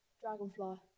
Dragonfly